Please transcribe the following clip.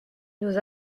nous